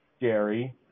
Gary